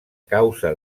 causa